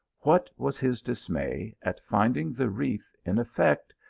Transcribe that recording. what was his dismay at finding the wreath, in effect,